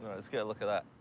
let's get a look at that.